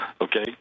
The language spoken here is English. okay